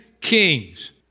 Kings